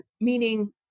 meaning